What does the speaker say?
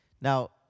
Now